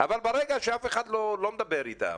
אבל ברגע שאף אחד לא מדבר איתם,